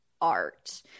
art